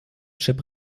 chip